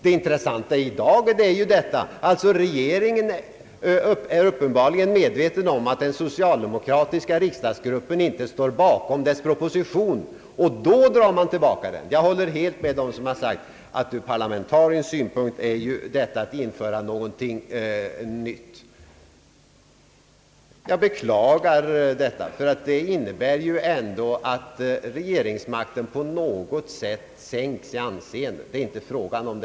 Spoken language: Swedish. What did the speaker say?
Det intressanta i dag är att regeringen uppenbarligen är medveten om att den socialdemokratiska riksdagsgruppen inte står bakom dess proposition och att man då drar tillbaka den. Jag håller helt med dem som har sagt att detta ur parlamentarisk synpunkt är att införa någonting nytt. Jag beklagar detta, ty det innebär ändå att regeringsmakten på något sätt sänks i anseende.